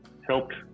helped